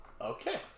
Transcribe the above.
Okay